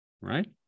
right